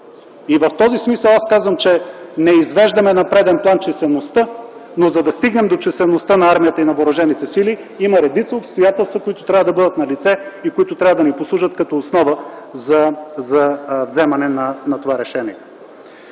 И в този смисъл аз казвам, че не извеждаме на преден план числеността, но, за да стигнем до числеността на армията и на въоръжените сили, има редица обстоятелства, които трябва да бъдат налице и които трябва да ни послужат като основа за вземане на това решение.